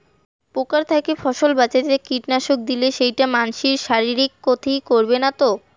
পোকার থাকি ফসল বাঁচাইতে কীটনাশক দিলে সেইটা মানসির শারীরিক ক্ষতি করিবে না তো?